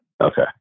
Okay